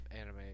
anime